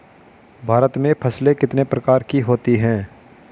भारत में फसलें कितने प्रकार की होती हैं?